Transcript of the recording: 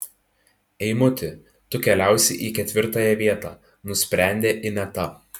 eimuti tu keliausi į ketvirtąją vietą nusprendė ineta